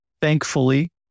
Thankfully